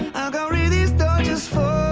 i'll carry these torches